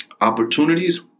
opportunities